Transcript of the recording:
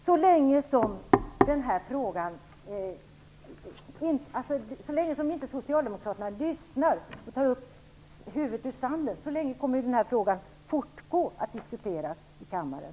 Så länge som inte socialdemokraterna lyssnar och tar huvudet ur sanden kommer den här frågan att diskuteras i kammaren.